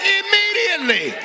immediately